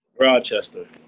Rochester